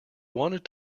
wanted